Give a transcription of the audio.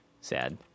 sad